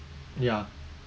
ya